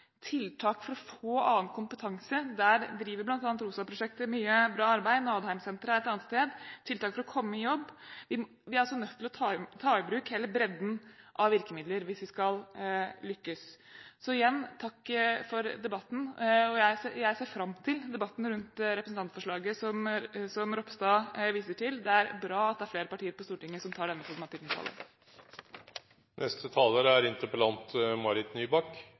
tiltak for å få folk ut i jobb. Vi er nødt til å ta i bruk hele bredden av virkemidler hvis vi skal lykkes. Igjen: Takk for debatten, og jeg ser fram til debatten rundt representantforslaget som Ropstad viser til. Det er bra at det er flere partier på Stortinget som tar denne problematikken på alvor. Også jeg vil takke for en helt utrolig debatt, en veldig god debatt. Jeg vil også takke justisministeren for et grundig svar og bare trekke fram to ting som hun tok opp. Det ene er